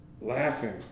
laughing